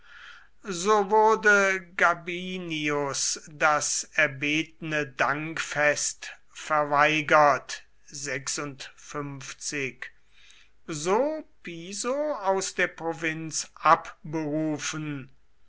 so wurde gabinius das erbetene dankfest verweigert so piso aus der provinz abberufen